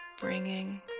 bringing